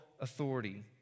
authority